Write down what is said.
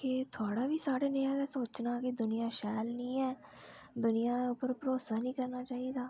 के थोआढ़ा बी साढ़े नेहा गै सोचना कि दुनिया शैल नेई ऐ के दुनिया उप्पर भरोसा नेईं करना चाहिदा